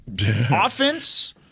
Offense